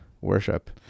worship